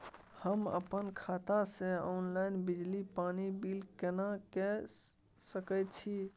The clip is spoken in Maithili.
हम अपन खाता से ऑनलाइन बिजली पानी बिल केना के सकै छी?